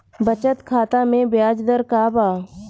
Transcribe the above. बचत खाता मे ब्याज दर का बा?